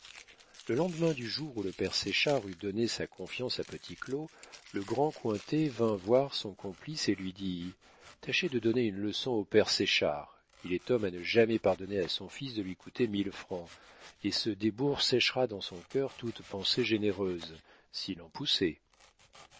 le lendemain du jour où le père séchard eut donné sa confiance à petit claud le grand cointet vint voir son complice et lui dit tâchez de donner une leçon au père séchard il est homme à ne jamais pardonner à son fils de lui coûter mille francs et ce débours séchera dans son cœur toute pensée généreuse